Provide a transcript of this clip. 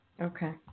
Okay